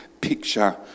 picture